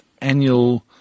annual